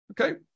Okay